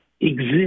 exist